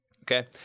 Okay